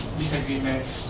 disagreements